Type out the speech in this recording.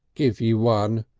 give you one,